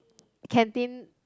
canteen